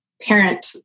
parent